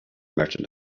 merchant